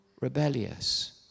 rebellious